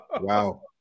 Wow